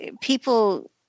people